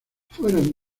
fueron